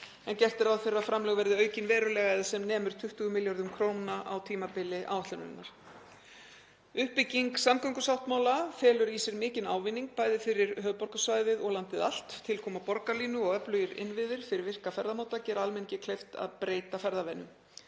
en gert er ráð fyrir að framlög verði aukin verulega eða sem nemur 20 milljörðum kr. á tímabili áætlunarinnar. Uppbygging samgöngusáttmála felur í sér mikinn ávinning, bæði fyrir höfuðborgarsvæðið og landið allt. Tilkoma Borgarlínu og öflugir innviðir fyrir virka ferðamáta gera almenningi kleift að breyta ferðavenjum.